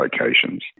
locations